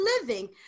living